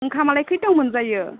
ओंखामालाय खैथायाव मोनजायो